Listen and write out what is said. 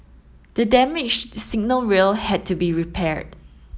the damaged signal rail had to be repaired